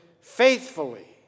faithfully